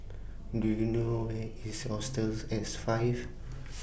Do YOU know Where IS Hostel six five